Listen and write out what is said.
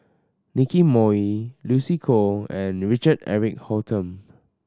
Nicky Moey Lucy Koh and Richard Eric Holttum